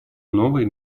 новые